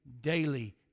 daily